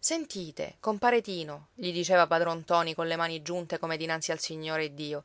sentite compare tino gli diceva padron ntoni colle mani giunte come dinanzi al signore iddio